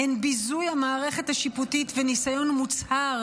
הן ביזוי המערכת השיפוטית וניסיון מוצהר